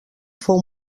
fou